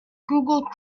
google